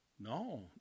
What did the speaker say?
No